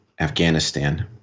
Afghanistan